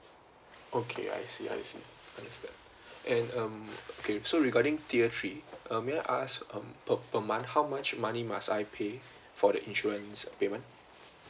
okay I see I see understand and um okay so regarding tier three uh may I ask um p~ per month how much money must I pay for the insurance payment